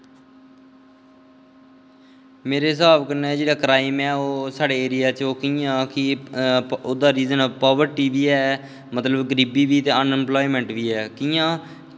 मेरे स्हाब कन्नै जेह्ड़ा क्राईम ऐ ओह् साढ़े एरिया च ओह् कि'यां कि ओह्दा रिज़न पाबर्टी बी ऐ मतलब गरीबी बी ऐ ते अनइंप्लायमैंट बी कि'यां